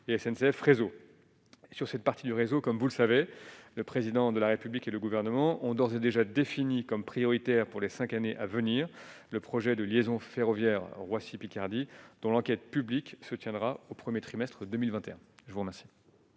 et SNCF, réseau sur cette partie du réseau, comme vous le savez, le président de la République et le gouvernement ont d'ores et déjà définis comme prioritaires pour les 5 années à venir, le projet de liaison ferroviaire Roissy-Picardie dont l'enquête publique se tiendra au 1er trimestre 2021, je vous remercie.